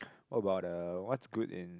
what about uh what's good in